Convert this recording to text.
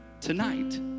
tonight